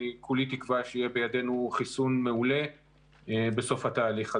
כולי תקווה שיהיה בידינו חיסון מעולה בסוף התהליך הזה,